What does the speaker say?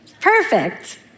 Perfect